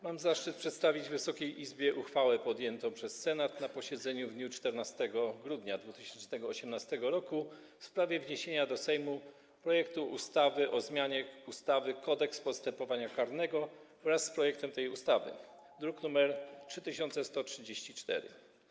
Mam zaszczyt przedstawić Wysokiej Izbie uchwałę podjętą przez Senat na posiedzeniu w dniu 14 grudnia 2018 r. w sprawie wniesienia do Sejmu projektu ustawy o zmianie ustawy Kodeks postępowania karnego wraz z projektem tej ustawy, druk nr 3134.